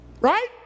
Right